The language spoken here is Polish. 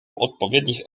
odpowiednich